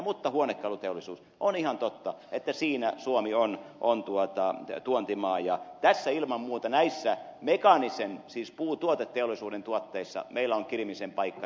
mutta huonekaluteollisuuden osalta se on ihan totta suomi on tuontimaa ja ilman muuta näissä mekaanisen puutuoteteollisuuden tuotteissa meillä on kirimisen paikka